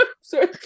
Sorry